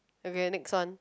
embryonics one